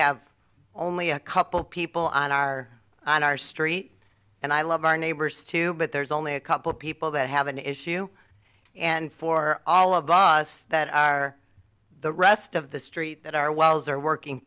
have only a couple people on our on our street and i love our neighbors too but there's only a couple people that have an issue and for all of us that are the rest of the street that our wells are working